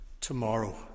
tomorrow